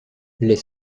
les